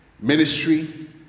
Ministry